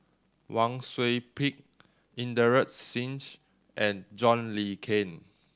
Wang Sui Pick Inderjit Singh and John Le Cain